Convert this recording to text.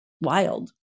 wild